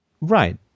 right